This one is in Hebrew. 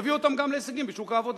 יביאו אותם גם להישגים בשוק העבודה.